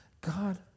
God